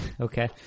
okay